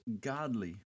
godly